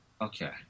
Okay